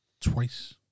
twice